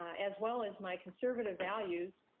as well as my conservative values,